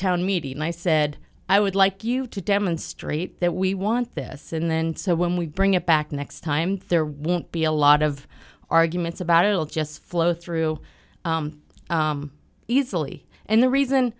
town meeting and i said i would like you to demonstrate that we want this and then so when we bring it back next time there won't be a lot of arguments about it'll just flow through easily and the reason